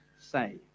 say